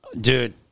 dude